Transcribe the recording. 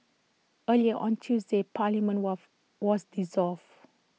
earlier on Tuesday parliament was was dissolved